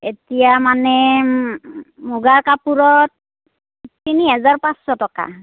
এতিয়া মানে মুগাৰ কাপোৰত তিনি হাজাৰ পাঁচশ টকা